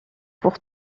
pour